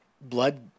blood